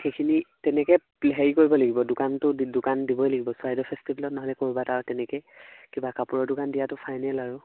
সেইখিনি তেনেকে হেৰি কৰিব লাগিব দোকানটো দোকান দিবই লাগিব চৰাইদেউ ফেষ্টিভেলত নহ'লে ক'ৰবাটাও তেনেকে কিবা কাপোৰৰ দোকান দিয়াটো ফাইনেল আৰু